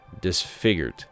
disfigured